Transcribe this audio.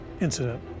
incident